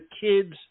kids –